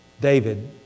David